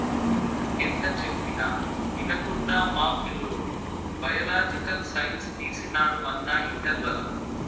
ఎంత చెప్పినా వినకుండా మా పిల్లోడు బయలాజికల్ సైన్స్ తీసినాడు అన్నా ఇంటర్లల